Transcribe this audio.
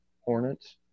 hornets